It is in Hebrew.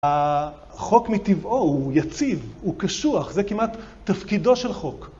החוק מטבעו הוא יציב, הוא קשוח, זה כמעט תפקידו של חוק.